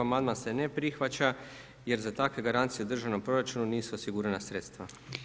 Amandman se ne prihvaća jer za takve garancije u državnom proračunu nisu osigurana sredstva.